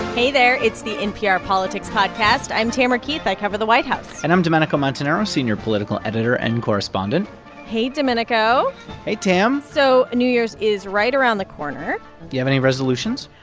hey, there. it's the npr politics podcast. i'm tamara keith. i cover the white house and i'm domenico montanaro, senior political editor and correspondent hey, domenico hey, tam so new year's is right around the corner do you have any resolutions?